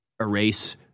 erase